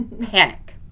panic